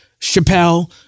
Chappelle